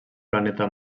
planeta